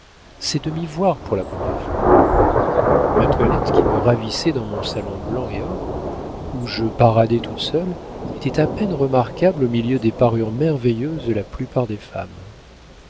c'est de m'y voir pour la première fois ma toilette qui me ravissait dans mon salon blanc et or où je paradais toute seule était à peine remarquable au milieu des parures merveilleuses de la plupart des femmes